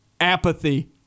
apathy